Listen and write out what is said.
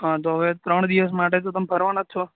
હં તો હવે ત્રણ દિવસ માટે તો તમે ફરવાના જ છો